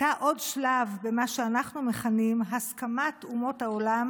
הייתה עוד שלב במה שאנחנו מכנים "הסכמת אומות העולם